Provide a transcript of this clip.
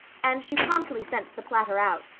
and she promptly sent the platter out,